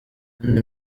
kandi